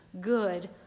good